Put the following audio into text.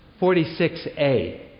46a